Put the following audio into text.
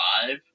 five